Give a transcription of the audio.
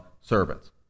servants